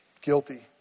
Guilty